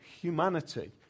Humanity